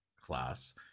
class